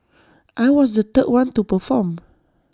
I was the third one to perform